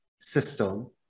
system